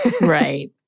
Right